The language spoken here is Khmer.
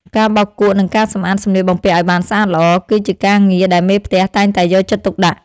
ការបោកគក់ និងការសម្អាតសម្លៀកបំពាក់ឱ្យបានស្អាតល្អ គឺជាការងារដែលមេផ្ទះតែងតែយកចិត្តទុកដាក់។